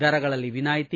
ದರಗಳಲ್ಲಿ ವಿನಾಯ್ತಿ